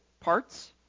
parts